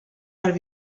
are